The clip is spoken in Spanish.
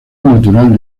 natural